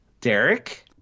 Derek